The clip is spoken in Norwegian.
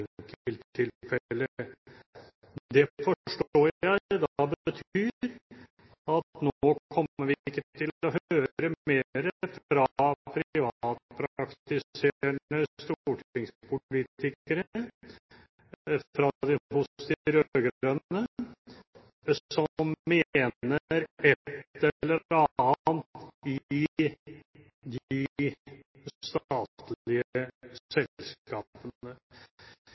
Det forstår jeg da betyr at nå kommer vi ikke til å høre mer fra privatpraktiserende stortingspolitikere hos de rød-grønne som mener et eller annet i de statlige selskapene.